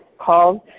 called